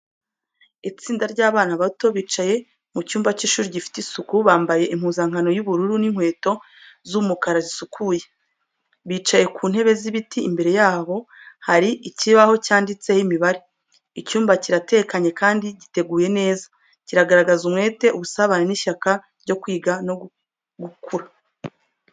Itsinda ry’abana bato bicaye mu cyumba cy’ishuri gifite isuku, bambaye impuzankano y’ubururu n’inkweto z’umukara zisukuye. Bicaye ku ntebe z’ibiti, imbere yabo hari ikibaho cyanditseho imibare. Icyumba kiratekanye kandi giteguye neza, kigaragaza umwete, ubusabane n’ishyaka ryo kwiga no gukura.